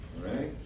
Right